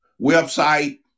website